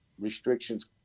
restrictions